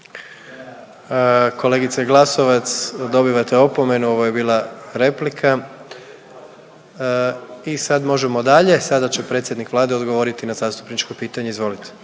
Kolegice Glasovac, dobivate opomenu, ovo je bila replika. I sad možemo dalje, sada će predsjednik Vlade odgovoriti na zastupničko pitanje, izvolite.